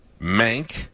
Mank